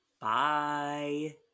Bye